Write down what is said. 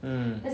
mm